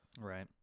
Right